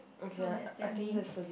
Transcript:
so that's their name